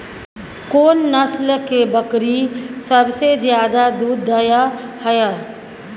कोन नस्ल के बकरी सबसे ज्यादा दूध दय हय?